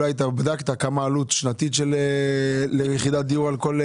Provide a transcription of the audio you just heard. אולי אתה בדקת כמה עלות שנתית ליחידת דיור על כל,